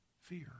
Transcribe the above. fear